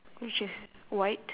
which is white